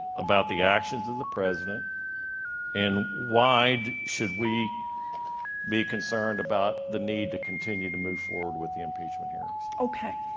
about the actions of the president and why should we be concerned about the need to continue to move forward with the impeachment hearings? okay,